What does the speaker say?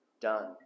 done